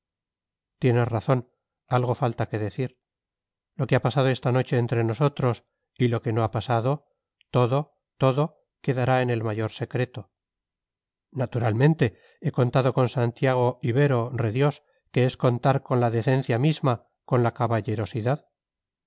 tienes razón algo falta que decir lo que ha pasado esta noche entre nosotros y lo que no ha pasado todo todo quedará en el mayor secreto naturalmente he contado con santiago ibero re dios que es contar con la decencia misma con la caballerosidad